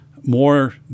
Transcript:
more